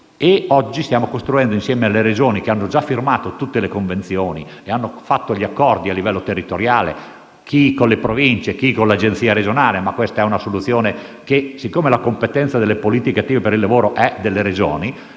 e oggi stiamo lavorando insieme alle Regioni che hanno già firmato tutte le convenzioni e fatto gli accordi al livello territoriale (chi con le Province, chi con l'agenzia regionale). D'altra parte, siccome la competenza delle politiche attive per il lavoro è delle Regioni,